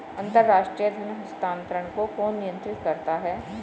अंतर्राष्ट्रीय धन हस्तांतरण को कौन नियंत्रित करता है?